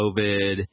COVID